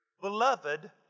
Beloved